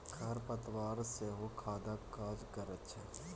खर पतवार सेहो खादक काज करैत छै